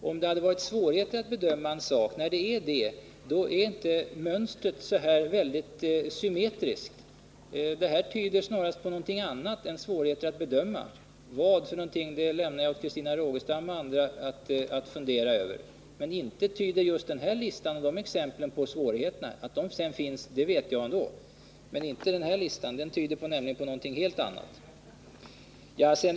När det är svårigheter att bedöma en sak är inte mönstret så här symmetriskt. Detta tyder snarast på någonting annat än svårigheter att bedöma och vad det är lämnar jag åt Christina Rogestam och andra att fundera över. Men just denna lista och dessa exempel tyder inte på svårigheter — att de finns, det vet jag ändå. Denna lista tyder på någonting helt annat.